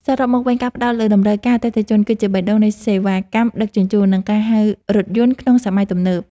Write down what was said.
សរុបមកវិញ ការផ្ដោតលើតម្រូវការអតិថិជន គឺជាបេះដូងនៃសេវាកម្មដឹកជញ្ជូន និងការហៅរថយន្តក្នុងសម័យទំនើប។